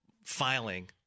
filing